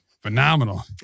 phenomenal